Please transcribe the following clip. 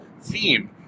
theme